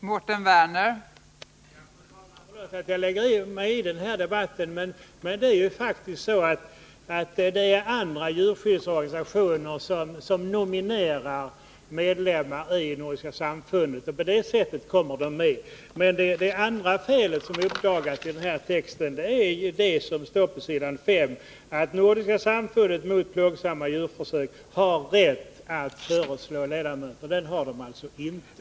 Fru talman! Förlåt att jag lägger mig i debatten. Men det är faktiskt så att det är andra djurskyddsorganisationer som nominerar medlemmar i Nordiska samfundet, och på det sättet kommer de med. Det andra felet i bilagan på s. 5 är emellertid att det anges att Nordiska samfundet mot plågsamma djurförsök har rätt att föreslå ledamöter. Det har man alltså inte.